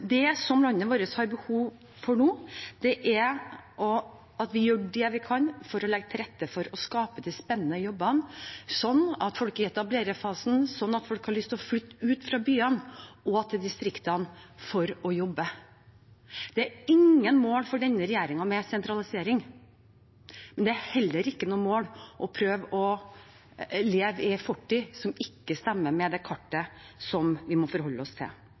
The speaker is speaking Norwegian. det landet vårt har behov for nå, er at vi gjør det vi kan for å legge til rette for å skape de spennende jobbene, slik at folk, f.eks. i etablererfasen, har lyst til å flytte ut av byene og til distriktene for å jobbe. Sentralisering er ikke et mål for denne regjeringen. Men det er heller ikke noe mål å prøve å leve i en fortid som ikke stemmer med det kartet som vi må forholde oss til.